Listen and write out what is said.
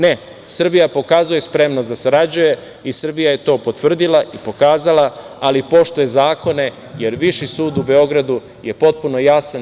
Ne, Srbija pokazuje spremnost da sarađuje i Srbija je to potvrdila i pokazala, ali poštuje zakone, jer Viši sud u Beogradu je potpuno jasan.